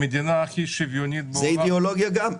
המדינה הכי שוויונית בעולם --- זו אידיאולוגיה גם.